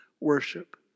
worship